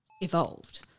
evolved